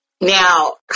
Now